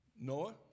Noah